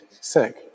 sick